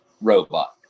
robot